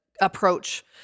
approach